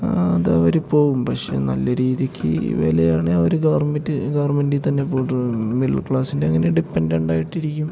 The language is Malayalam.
ആ അതവർ പോവും പക്ഷേ നല്ല രീതിക്ക് വിലയാണേൽ അവർ ഗവർമെൻ്റ് ഗവർമെൻ്റിൽ തന്നെ പോട്ട് മിഡിൽ ക്ലാസ്സിൻ്റങ്ങനെ ഡിപ്പെൻഡൻ്റായിട്ടിരിക്കും